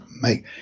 make